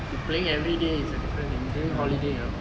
you playing every day is a different thing during holiday ah